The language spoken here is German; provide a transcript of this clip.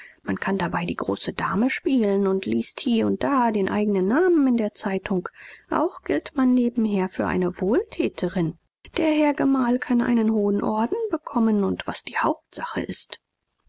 man kann dabei die große dame spielen und liest hie und da den eignen namen in der zeitung auch gilt man nebenher für eine wohltäterin der herr gemahl kann einen hohen orden bekommen und was die hauptsache ist